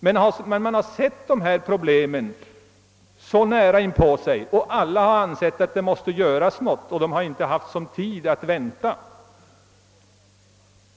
Dessa kommuner har problemen nära inpå sig, och de har ansett att något måste göras; man har inte haft tid att vänta.